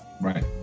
right